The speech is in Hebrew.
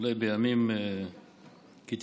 אולי לימים כתיקונם,